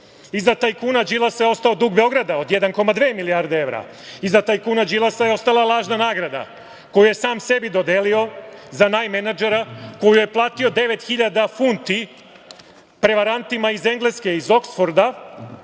Iza tajkuna Đilasa je ostao dug Beograda od 1,2 milijarde evra. Iza tajkuna Đilasa je ostala lažna nagrada koju je sam sebi dodelio za naj menadžera, koju je platio 9.000 funti prevarantima iz Engleske, iz Oksforda,